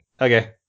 Okay